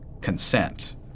consent